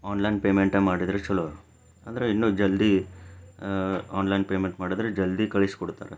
online ಪೇಮೆಂಟೇ ಮಾಡಿದರೆ ಚಲೋ ಅಂದರೆ ಇನ್ನೂ ಜಲ್ದಿ ಆನ್ಲೈನ್ ಪೇಮೆಂಟ್ ಮಾಡಿದರೆ ಜಲ್ದಿ ಕಳಿಸ್ಕೊಡ್ತಾರೆ